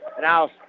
now